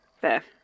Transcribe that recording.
Fair